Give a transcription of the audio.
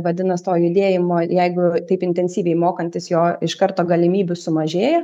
vadinas to judėjimo jeigu taip intensyviai mokantis jo iš karto galimybių sumažėja